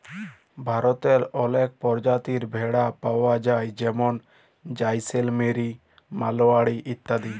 ভারতেল্লে অলেক পরজাতির ভেড়া পাউয়া যায় যেরকম জাইসেলমেরি, মাড়োয়ারি ইত্যাদি